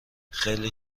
خیلی